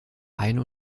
ein